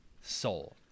Soul